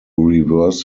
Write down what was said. reverse